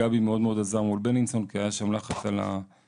גבי מאוד-מאוד עזר מול בילינסון כי היה שם לחץ על ההשתלות,